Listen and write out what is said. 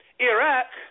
Iraq